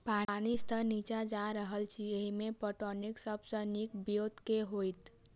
पानि स्तर नीचा जा रहल अछि, एहिमे पटौनीक सब सऽ नीक ब्योंत केँ होइत?